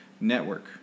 Network